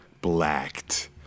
blacked